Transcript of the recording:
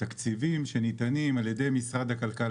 "תקציבים ניתנים על ידי משרד הכלכלה".